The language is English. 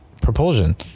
propulsion